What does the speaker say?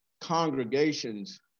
congregations